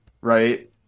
right